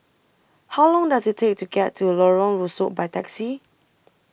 How Long Does IT Take to get to Lorong Rusuk By Taxi